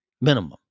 minimum